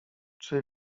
czy